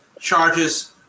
charges